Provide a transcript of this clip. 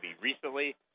recently